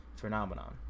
phenomenon